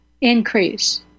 increase